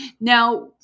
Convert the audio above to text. Now